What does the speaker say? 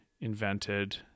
invented